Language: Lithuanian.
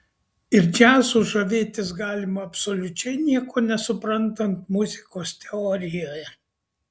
ir džiazu žavėtis galima absoliučiai nieko nesuprantant muzikos teorijoje